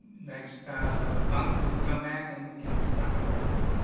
next month we can come back, and we can rock and roll with it.